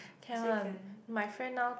can one my friend now